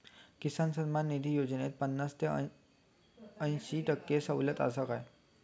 किसान सन्मान निधी योजनेत पन्नास ते अंयशी टक्के सवलत आसा काय?